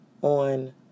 on